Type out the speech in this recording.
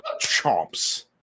chomps